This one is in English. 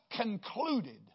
concluded